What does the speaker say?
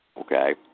okay